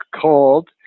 called